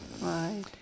Right